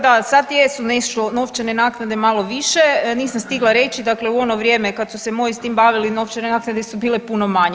Da, sad jesu nešto novčane naknade malo više, nisam stigla reći dakle u ono vrijeme kad su se moji s tim bavili novčane naknade su bile puno manje.